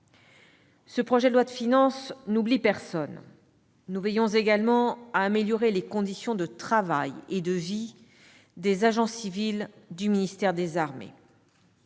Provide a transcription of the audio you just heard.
Ce projet de loi de finances n'oublie personne. Nous veillons également à améliorer les conditions de travail et de vie des agents civils du ministère des armées.